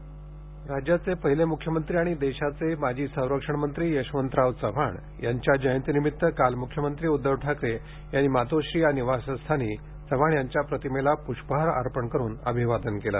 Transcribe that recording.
यशवंतराव चव्हाण राज्याचे पहिले मुख्यमंत्री आणि देशाचे माजी संरक्षण मंत्री यशवंतराव चव्हाण यांच्या जयंतीनिमित्त काल मुख्यमंत्री उद्धव ठाकरे यांनी मातोश्री या निवासस्थानी यशवंतराव चव्हाण यांच्या प्रतिमेला प्ष्पहार अर्पण करून अभिवादन केलं